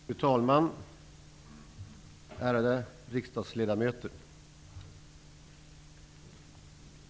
Fru talman, ärade riksdagsledamöter!